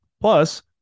Plus